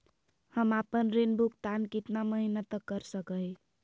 हम आपन ऋण भुगतान कितना महीना तक कर सक ही?